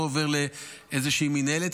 ששם זה לא עובר לאיזושהי מינהלת,